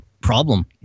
problem